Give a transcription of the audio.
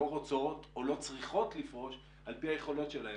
רוצות או לא צריכות לפרוש על פי היכולות שלהן.